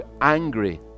angry